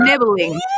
nibbling